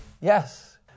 Yes